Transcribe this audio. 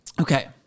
Okay